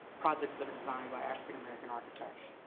projects that are designed by african american architects.